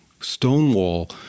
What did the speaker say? Stonewall